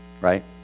right